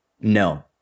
No